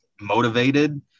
motivated